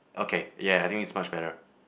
okay ya I think is much better